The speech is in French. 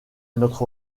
notre